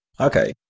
Okay